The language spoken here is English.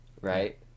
Right